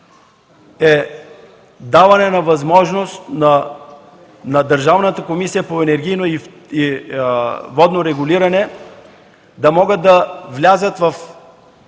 даване на възможност на Държавната комисия по енергийно и водно регулиране да могат да влязат в